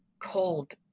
Cold